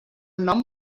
nom